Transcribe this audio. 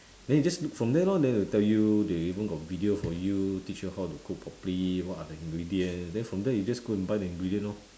then you just look from there lor then they will tell you they even got video for you teach you how to cook properly what are the ingredient then from there you just go and buy the ingredient lor